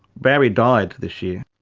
barry died this year.